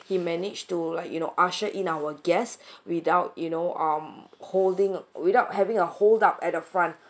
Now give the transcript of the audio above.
he managed to like you know ushered in our guests without you know um holding without having a hold up at the front